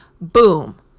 Boom